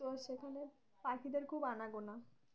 তো সেখানে পাখিদের খুব আনাগোনা